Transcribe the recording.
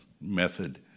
method